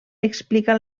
explica